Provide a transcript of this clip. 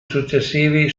successivi